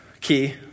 key